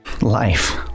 Life